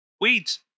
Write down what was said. Weeds